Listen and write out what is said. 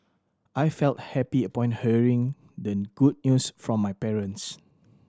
I felt happy upon hearing the good news from my parents